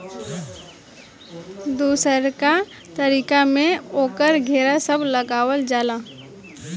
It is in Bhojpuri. दोसरका तरीका में ओकर घेरा सब लगावल जाला